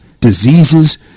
diseases